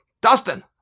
Dustin